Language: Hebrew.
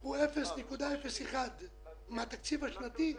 הוא 0.01% מהתקציב השנתי שלה,